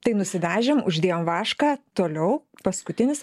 tai nusidažėm uždėjom vašką toliau paskutinis